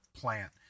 plant